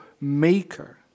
maker